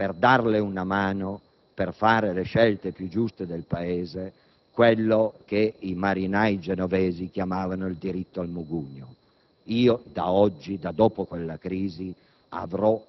a quanti vogliono continuare a battersi per darle una mano e per fare le scelte più giuste del Paese quello che i marinai genovesi chiamavano il diritto al mugugno.